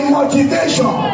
motivation